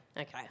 Okay